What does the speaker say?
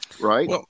Right